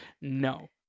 no